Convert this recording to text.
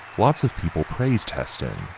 lots of people praised testing,